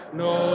no